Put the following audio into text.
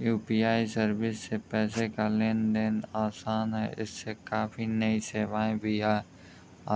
UPI service से पैसे का लेन देन आसान है इसमें काफी नई सेवाएं भी